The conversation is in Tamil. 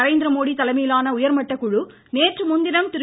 நரேந்திரமோடி தலைமையிலான உயர்மட்டக்குழு நேற்று முன்தினம் திரு